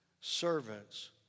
Servants